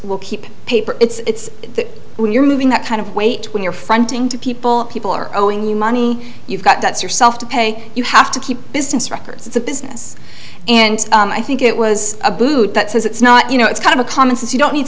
will keep paper it's when you're moving that kind of weight when you're fronting to people people are owing you money you've got that's yourself to pay you have to keep business records it's a business and i think it was a boot that says it's not you know it's kind of a common sense you don't need